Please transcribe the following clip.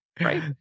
right